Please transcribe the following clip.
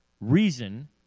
reason